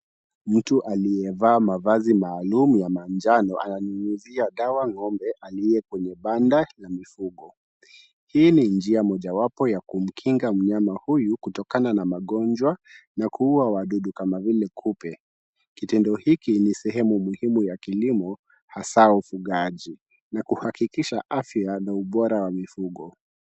Mtu aliyevaa mavazi maalum ya manjano ananyunyizia dawa ng'ombe aliye kwenye banda la mifugo. Hii ni njia mojawapo ya kumkinga mnyama huyu kutokana na magonjwa na kuua wadudu kama vile kupe. Kitendo hiki ni sehemu muhimu ya kilimo hasa ufugaji na kuhakikisha afya na ubora wa mifugo.